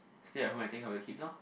stay at home and take care of the kids lor